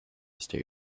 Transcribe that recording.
state